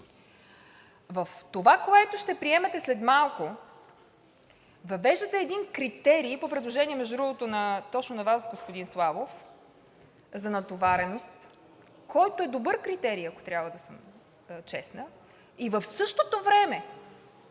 В това, което ще приемете след малко, въвеждате един критерий по предложение, между другото, точно на Вас, господин Славов – за натовареност, който е добър критерий, ако трябва да съм честна, и в същото време